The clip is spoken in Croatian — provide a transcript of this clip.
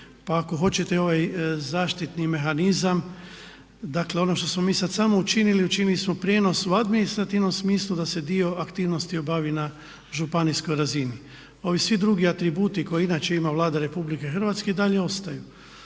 pa ako hoćete i ovaj zaštitni mehanizam. Dakle ono što smo mi sad samo učinili, učinili smo prijenos u administrativnom smislu da se dio aktivnosti obavi na županijskoj razini. Ovi svi drugi atributi koji inače ima Vlada Republike Hrvatske i dalje ostaju.